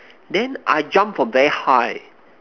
then I jump from very high